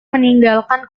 meninggalkan